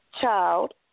child